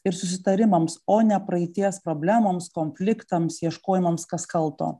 ir susitarimams o ne praeities problemoms konfliktams ieškojimams kas kalto